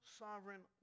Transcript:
sovereign